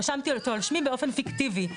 רשמתי אותו על שמי באופן פיקטיבי".